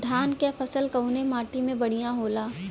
धान क फसल कवने माटी में बढ़ियां होला?